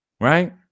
Right